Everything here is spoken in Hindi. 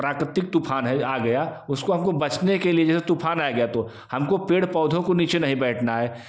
प्राकृतिक तूफ़ान है आ गया उसको हम को बचने के लिए जैसे तूफ़ान आ गया तो हम को पेड़ पौधों को नीचे नहीं बैठना है